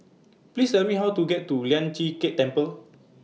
Please Tell Me How to get to Lian Chee Kek Temple